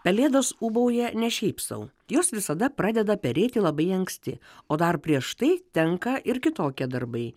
pelėdos ūbauja ne šiaip sau jos visada pradeda perėti labai anksti o dar prieš tai tenka ir kitokie darbai